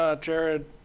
Jared